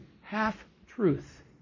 half-truth